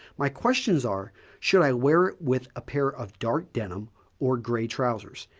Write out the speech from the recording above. my questions are should i wear it with a pair of dark denim or grey trousers,